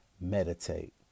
meditate